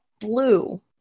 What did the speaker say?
Blue